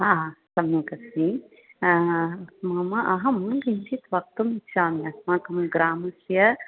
सम्यक् अस्मि मम अहं किञ्चित् वक्तुम् इच्छामि अस्माकं ग्रामस्य